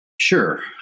Sure